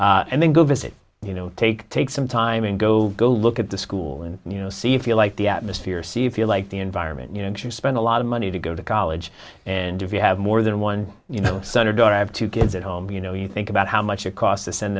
it and then go visit you know take take some time and go go look at the school and you know see if you like the atmosphere see if you like the environment you know you spend a lot of money to go to college and if you have more than one you know son or daughter have two kids at home you know you think about how much it cost to send